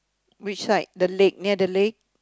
which side the leg near the leg